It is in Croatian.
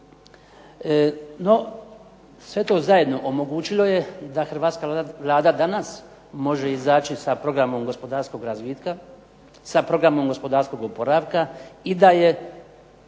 sve to zajedno omogućilo je da hrvatska Vlada danas može izaći sa programom gospodarskog razvitka, sa programom gospodarskog oporavka i da je